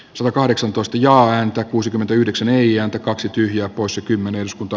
klo kahdeksantoista toteaa että hallitus ei ääntä kaksi tyhjää poissa kymmenes kunta